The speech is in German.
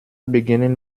beginnen